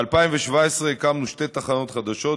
ב-2017 הקמנו שתי תחנות חדשות,